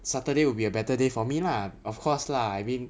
saturday will be a better day for me lah of course lah I mean